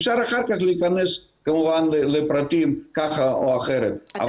אפשר אחר כך להכנס כמובן לפרטים ככה או אחרת.